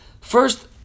First